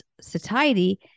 satiety